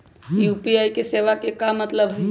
UPI सेवा के का मतलब है?